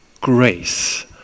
grace